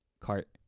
cart